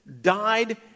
died